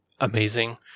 amazing